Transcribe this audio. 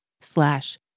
slash